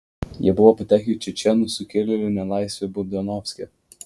jie buvo patekę į čečėnų sukilėlių nelaisvę budionovske